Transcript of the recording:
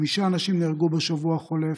חמישה אנשים נהרגו בשבוע החולף,